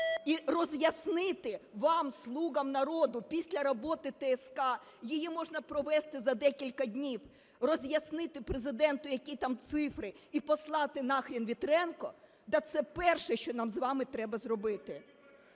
І роз'яснити вам, "Слугам народу", після роботи ТСК… її можна провести за декілька днів. Роз'яснити Президенту, які там цифри і послати нахрен Вітренка, да це перше, що нам з вами треба зробити.